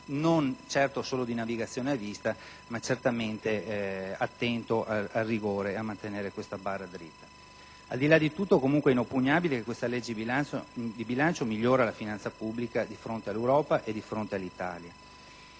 non solo di navigazione a vista ma attento al rigore ed a mantenere questa barra dritta. Al di là di tutto, comunque, è inoppugnabile che questa legge di bilancio migliora la finanza pubblica di fronte all'Europa e di fronte all'Italia.